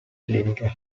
clinica